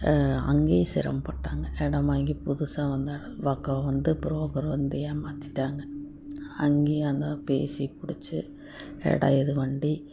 அங்கேயும் சிரமப்பட்டாங்க இடம் வாங்கி புதுசாக வந்து புரோக்கர் வந்து ஏமாற்றிட்டாங்க அங்கேயும் அங்கே பேசி பிடிச்சு இடம் எது வண்டி